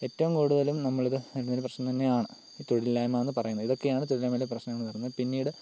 ഏറ്റവും കൂടുതൽ നമ്മളിത് നല്ലൊരു പ്രശ്നം തന്നെയാണ് തൊഴിൽ ഇല്ലായ്മ എന്ന് പറയുന്നത് ഇതൊക്കെയാണ് തോഴിൽ ഇല്ലായ്മയിൽ പ്രശ്നങ്ങൾ വരുന്നത് പിന്നീട്